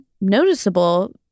noticeable